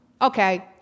Okay